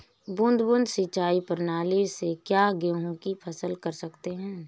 बूंद बूंद सिंचाई प्रणाली से क्या गेहूँ की फसल कर सकते हैं?